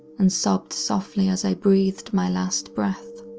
and sobbed softly as i breathed my last breath.